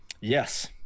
Yes